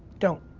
don't.